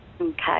Okay